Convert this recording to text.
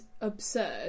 absurd